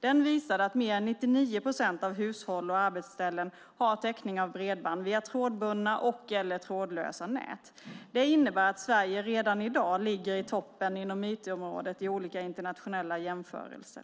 Den visade att mer än 99 procent av hushåll och arbetsställen har täckning av bredband via trådbundna och/eller trådlösa nät. Det innebär att Sverige redan i dag ligger i toppen inom IT-området i olika internationella jämförelser.